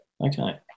Okay